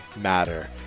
Matter